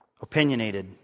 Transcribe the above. opinionated